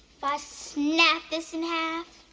but snap this in half,